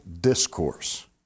discourse